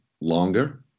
longer